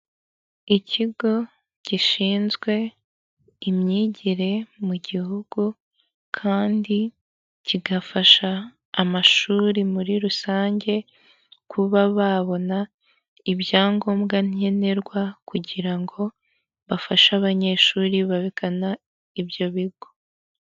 Ikigo gishinzwe imyigire mu gihugu kandi kigafasha amashuri muri rusange, kuba babona ibyangombwa nkenerwa kugira ngo bafashe abanyeshuri bagana ibyo bigo.